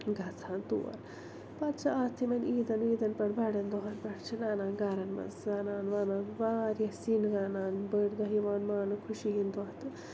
گژھان تور پتہٕ چھِ اَتھ یِمَن عیدَن ویٖدَن پٮ۪ٹھ بَڑٮ۪ن دۄہَن پٮ۪ٹھ چھِ رَنان گَرَن منٛز زَنان وَنان واریاہ سِنۍ رَنان بٔڑۍ دۄہ یِوان مانٛنہٕ خوشی ہِنٛدۍ دۄہ تہٕ